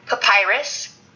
papyrus